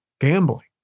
gambling